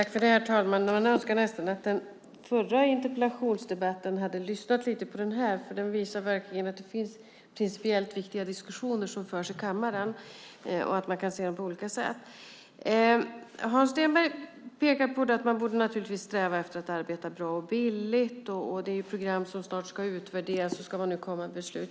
Herr talman! Man önskar nästan att den förra interpellationsdebatten hade varit lite som den här, för den visar verkligen att det finns principiellt viktiga diskussioner som förs i kammaren och att man kan se dem på olika sätt. Hans Stenberg pekar på att man naturligtvis borde sträva efter att arbeta bra och billigt, och i det program som snart ska utvärderas ska man nu komma med beslut.